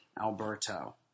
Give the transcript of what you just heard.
Alberto